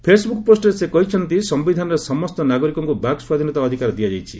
Facebook ପୋଷ୍ଟରେ ସେ କହିଛନ୍ତି ସମ୍ଭିଧାନରେ ସମସ୍ତ ନାଗରିକଙ୍କୁ ବାକ୍ ସ୍ୱାଧୀନତା ଅଧିକାର ଦିଆଯାଇଛି